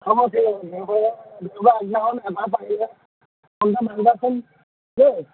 হ'ব দেওবাৰে আগদিনাখন